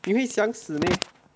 你会想死 meh